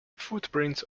footprints